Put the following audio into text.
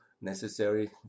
necessary